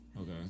okay